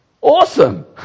Awesome